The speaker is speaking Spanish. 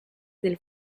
del